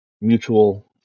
mutual